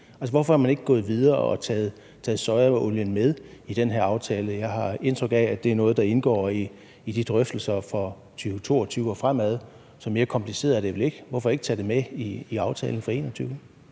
hvorfor er man ikke gået videre og har taget sojaolien med i den her aftale? Jeg har indtryk af, at det er noget, der indgår i drøftelserne for 2022 og frem, så mere kompliceret er det vel ikke. Hvorfor ikke tage det med i aftalen for 2021?